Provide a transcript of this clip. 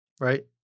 Right